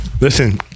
Listen